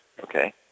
okay